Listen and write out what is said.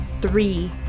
three